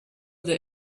they